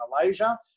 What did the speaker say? Malaysia